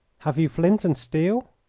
have you flint and steel?